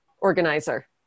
organizer